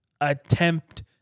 Attempt